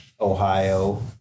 Ohio